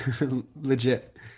Legit